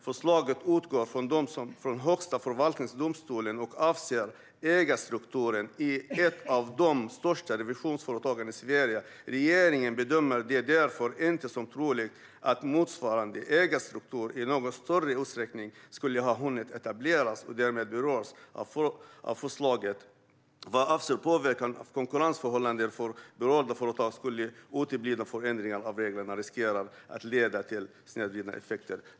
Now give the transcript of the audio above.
Förslaget utgår från en dom från Högsta förvaltningsdomstolen och avser ägarstrukturen i ett av de största revisionsföretagen i Sverige. Regeringen bedömer det därför inte som troligt att motsvarande ägarstrukturer i någon större utsträckning skulle ha hunnit etableras och därmed skulle beröras av förslaget. Vad avser påverkan på konkurrensförhållandena för berörda företag skulle uteblivna förändringar av reglerna riskera att leda till snedvridande effekter.